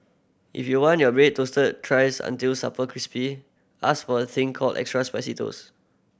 if you want your bread toasted thrice until super crispy ask for a thing called extra crispy toast